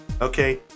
okay